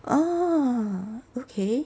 orh okay